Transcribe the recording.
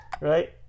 right